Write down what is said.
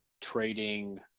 trading